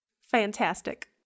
fantastic